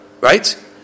right